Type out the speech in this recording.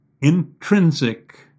intrinsic